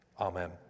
Amen